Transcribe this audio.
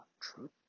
truth